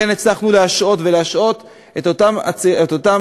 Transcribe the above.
כן הצלחנו להשעות ולהשהות את סגירת